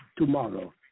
tomorrow